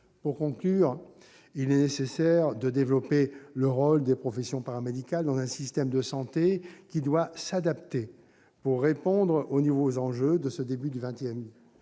Pour conclure, j'indique qu'il est nécessaire de développer le rôle des professions paramédicales dans un système de santé qui doit s'adapter pour répondre aux nouveaux enjeux de ce début du XXI